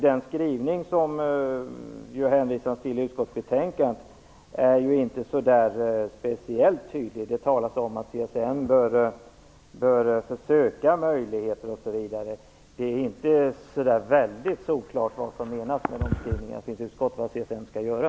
Den skrivning som hänvisas till i utskottsbetänkandet är inte speciellt tydlig. Det talas om att CSN bör söka möjligheter, osv. Det är inte så där väldigt solklart vad som menas med de skrivningarna och vad utskottet menar att CSN skall göra.